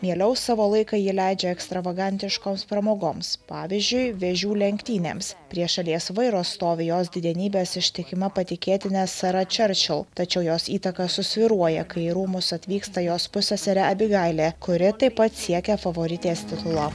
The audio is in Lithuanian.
mieliau savo laiką ji leidžia ekstravagantiškoms pramogoms pavyzdžiui vėžių lenktynėms prie šalies vairo stovi jos didenybės ištikima patikėtinė sara čerčil tačiau jos įtaka susvyruoja kai į rūmus atvyksta jos pusseserė abigailė kuri taip pat siekia favoritės titulo